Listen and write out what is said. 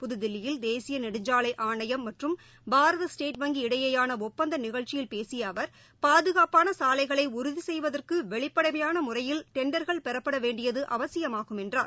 புதுதில்லியில் தேசியநெடுஞ்சாலைஆணையம் ஸ்டேட் வங்கி மற்றும் பாரத இடையேயானஒப்பந்தநிகழ்ச்சியில் பேசியஅவர் பாதுகாப்பானசாலைகளைஉறுதிசெய்வதற்குவெளிப்படையானமுறையில் டெண்டர்கள் பெறப்படவேண்டியதுஅவசியமாகும் என்றார்